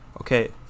okay